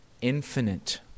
infinite